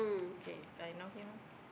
K I know him